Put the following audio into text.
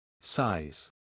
Size